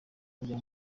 kujya